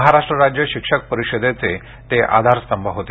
महाराष्ट्र राज्य शिक्षक परिषदेचे ते आधारस्तंभ होते